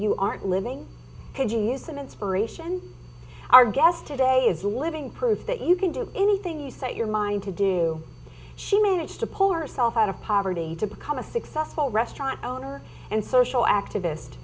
you aren't living could you use an inspiration our guest today is living proof that you can do anything you set your mind to do she managed to pull herself out of poverty to become a successful restaurant owner and social activist